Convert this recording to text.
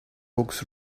books